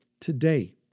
Today